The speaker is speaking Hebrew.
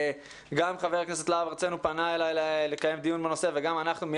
גם חבר הכנסת להב הרצנו פנה אלי לקיים דיון בנושא ומיד